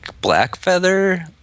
Blackfeather